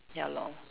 ya lor